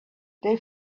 they